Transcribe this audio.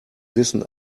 wissen